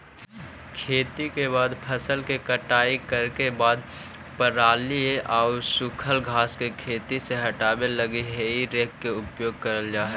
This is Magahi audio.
खेती के बाद फसल के कटाई करे के बाद पराली आउ सूखल घास के खेत से हटावे लगी हेइ रेक के उपयोग होवऽ हई